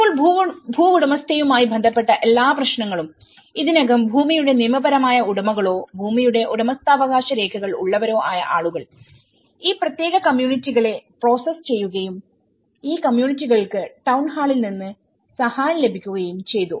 ഇപ്പോൾ ഭൂവുടമസ്ഥതയുമായി ബന്ധപ്പെട്ട എല്ലാ പ്രശ്നങ്ങളും ഇതിനകം ഭൂമിയുടെ നിയമപരമായ ഉടമകളോ ഭൂമിയുടെ ഉടമസ്ഥാവകാശ രേഖകൾ ഉള്ളവരോ ആയ ആളുകൾ ഈ പ്രത്യേക കമ്മ്യൂണിറ്റികളെ പ്രോസസ്സ് ചെയ്യുകയും ഈ കമ്മ്യൂണിറ്റികൾക്ക് ടൌൺ ഹാളിൽ നിന്ന് സഹായം ലഭിക്കുകയും ചെയ്തു